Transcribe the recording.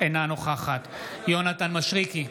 אינה נוכחת יונתן מישרקי,